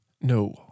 No